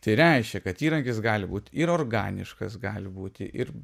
tai reiškia kad įrankis gali būti ir organiškas gali būti ir